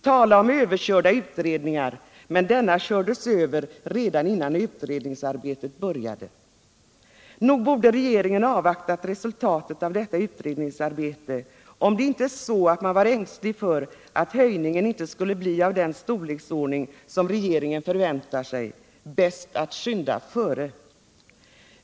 Tala om överkörda utredningar, men denna kördes över redan innan utredningsarbetet började! Nog borde regeringen ha avvaktat resultatet av detta utredningsarbete om det inte varit så att man var ängslig för att höjningen inte skulle bli av den storleksordning som regeringen förväntar sig. Bäst att skynda före!